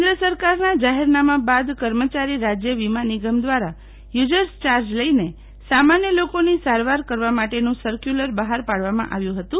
કેન્દ્ર સરકારના જાહેરનામાં બાદ કર્મચારી રાજ્ય વીમા નિગમ દ્વારા યુઝર્સ યાર્જ લઈને સામાન્ય લોકોની સારવાર કરવા માટેનું સકર્વુલર બહાર પાડવામાં આવ્યું હતું